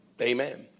Amen